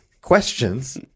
questions